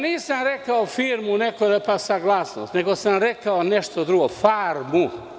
Nisam rekao da za firmu treba neko da da saglasnost, nego sam rekao nešto drugo – farmu.